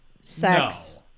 Sex